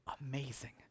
amazing